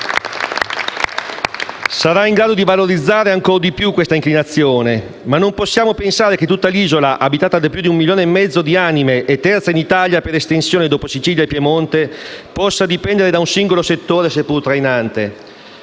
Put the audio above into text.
sarà in grado di valorizzare ancor di più questa inclinazione. Ma non possiamo pensare che tutta l'isola, abitata da più di un milione e mezzo di anime e terza in Italia per estensione dopo Sicilia e Piemonte, possa dipendere da un singolo settore, seppur trainante.